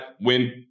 win